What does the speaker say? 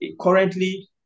currently